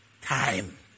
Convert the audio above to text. time